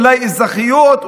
אולי אזרחיות,